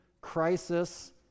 crisis